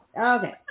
Okay